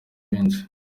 benshi